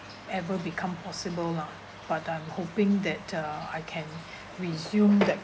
ever become possible lah but I'm hoping that uh I can resume that